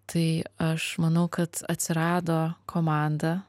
tai aš manau kad atsirado komanda